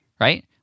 right